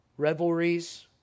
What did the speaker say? revelries